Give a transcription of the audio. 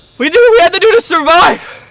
we did what we had to do to survive!